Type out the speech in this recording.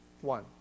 One